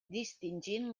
distingint